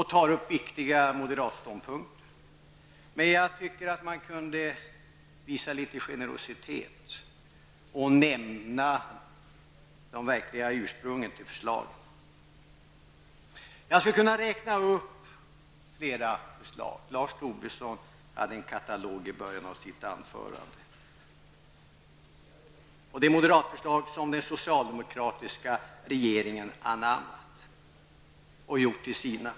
Det är bra att viktiga moderatståndpunkter tas upp, men jag tycker att det kunde visas litet generositet, så att det verkliga ursprunget till förslagen nämns. Jag skulle kunna räkna upp flera förslag -- Lars Tobisson hade en katalog i början av sitt anförande -- som den socialdemokratiska regeringen anammat och gjort till sina.